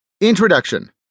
Introduction